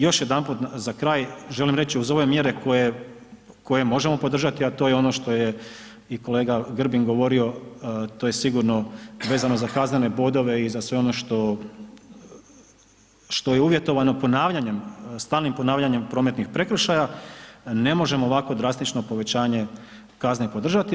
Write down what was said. Još jedanput za kraj želim reći uz ove mjere koje možemo podržati a to je ono što je i kolega Grbin govorio, to je sigurno vezano za kaznene bodove i za sve ono što je uvjetovano ponavljanjem, stalnim ponavljanjem prometnih prekršaja ne možemo ovakvo drastično povećanje kazne i podržati.